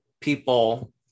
people